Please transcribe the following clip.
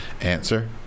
answer